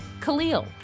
Khalil